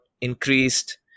increased